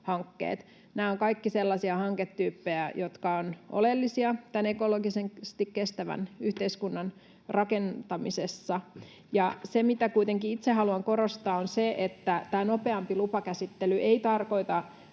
Nämä ovat kaikki sellaisia hanketyyppejä, jotka ovat oleellisia tämän ekologisesti kestävän yhteiskunnan rakentamisessa. Se, mitä kuitenkin itse haluan korostaa, on se, että tämä nopeampi lupakäsittely ei tarkoita